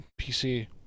PC